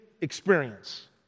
experience